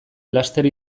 laster